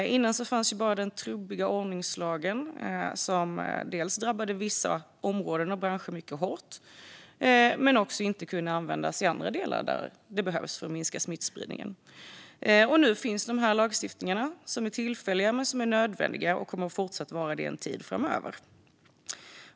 Tidigare fanns bara den trubbiga ordningslagen, som dels drabbade vissa områden och branscher mycket hårt, dels inte kunde användas i andra delar där detta hade behövts för att minska smittspridningen. Nu finns dessa lagstiftningar. De är tillfälliga men nödvändiga, och de kommer att fortsätta vara det en tid framöver.